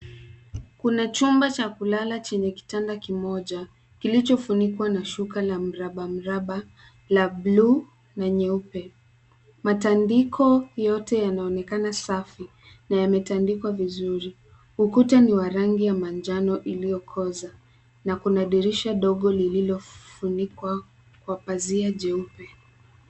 Kuna chumba cha kulala chenye kitanda kimoja kilichofunikwa na shuka la mraba, mraba la bluu na nyeupe. Matandiko yote yanaonekana safi na yametandikwa vizuri. Ukuta ni wa rangi ya manjano iliyokoza na kuna dirisha ndogo lililofunikwa kwa pazia jeupe.